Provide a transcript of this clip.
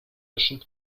löschen